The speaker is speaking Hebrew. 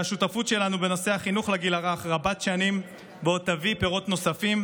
שהשותפות שלנו בנושא החינוך לגיל הרך רבת-שנים ועוד תביא פירות נוספים,